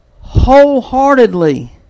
wholeheartedly